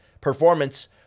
performance